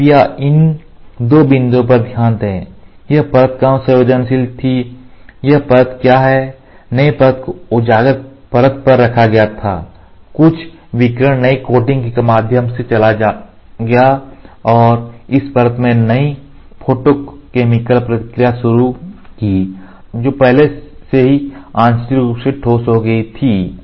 तो कृपया इन 2 बिंदुओं पर ध्यान दें यह परत कम संवेदनशील थी यह परत क्या है नई परत को उजागर परत पर रखा गया था कुछ विकिरण नई कोटिंग के माध्यम से चला गया और उस परत में नई फोटोकैमिकल प्रतिक्रिया शुरू की जो पहले से ही आंशिक रूप से ठोस हो गई थी